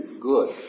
good